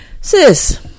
Sis